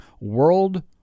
World